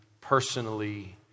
personally